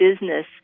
business